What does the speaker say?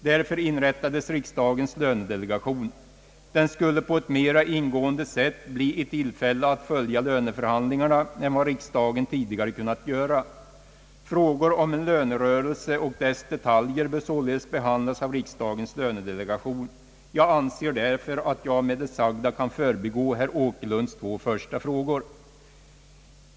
Därför inrättades riksdagens lönedelegation. Den skulle på ett mera ingående sätt bli i tillfälle att följa löneförhandlingarna än vad riksdagen tidigare kunnat göra. Frågor om en lönerörelse och dess detaljer bör således behandlas av riksdagens lönedelegation. Jag anser därför att jag med det sagda kan förbigå herr Åkerlunds två första frågor.